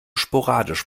sporadisch